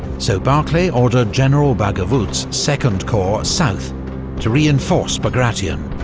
so barclay ordered general baggovut's second corps south to reinforce bagration.